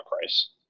price